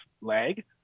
leg